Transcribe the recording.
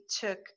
took